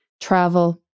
Travel